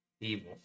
Evil